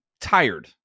tired